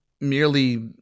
merely